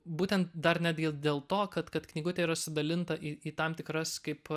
būtent dar netgi dėl to kad kad knygutė yra sudalinta į tam tikras kaip